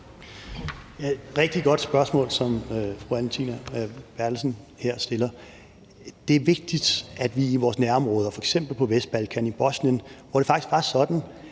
rigtig godt spørgsmål, som fru Anne Valentina Berthelsen her stiller. Det er vigtigt, at vi er i vores nærområder, f.eks. på Vestbalkan, i Bosnien, hvor det faktisk var sådan,